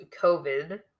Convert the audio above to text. COVID